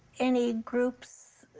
any groups,